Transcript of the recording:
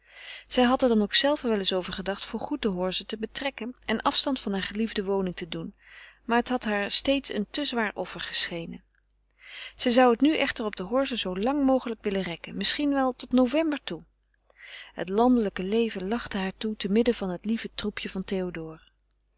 zij had er dan ook zelve wel eens over gedacht voor goed de horze te betrekken en afstand van haar geliefde woning te doen maar het had haar steeds een te zwaar offer geschenen zij zou het nu echter op de horze zoo lang mogelijk willen rekken misschien wel tot november toe het landelijke leven lachte haar toe temidden van het lieve troepje van théodore